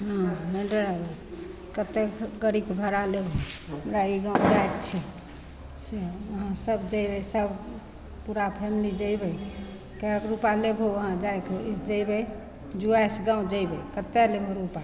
हँ मानि लिअऽ कतेक गाड़ीके भाड़ा लेबहो हमरा ई गाम जाइके छै से हमसभ जएबै सब पूरा फैमिली जएबै कैगो रूपा लेबहो वहाँ जाइके जएबै जुवाइस गाम जएबै कतेक लेबहो रूपा